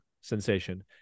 sensation